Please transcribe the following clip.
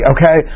Okay